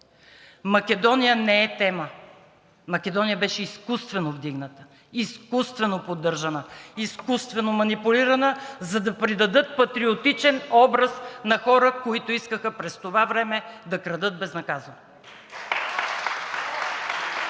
Македония не е тема. Македония беше изкуствено вдигната, изкуствено поддържана, изкуствено манипулирана, за да придадат патриотичен образ на хора, които искаха през това време да крадат безнаказано.